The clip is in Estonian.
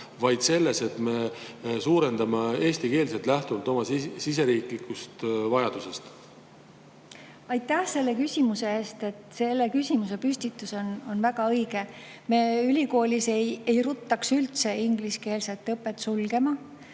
vaid on selles, et me suurendame eestikeelse [õppe osakaalu] lähtuvalt oma riigi vajadusest. Aitäh selle küsimuse eest! Selline küsimusepüstitus on väga õige. Me ülikoolis ei ruttaks üldse ingliskeelset õpet sulgema,